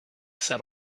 sat